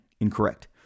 incorrect